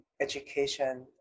education